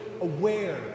aware